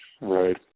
Right